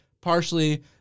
partially